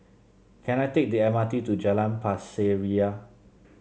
can I take the M R T to Jalan Pasir Ria